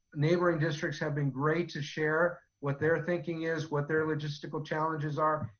neighboring districts have been great to share what their thinking is, what their logistical challenges are.